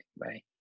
Bye